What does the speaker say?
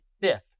fifth